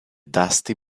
dusty